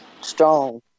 strong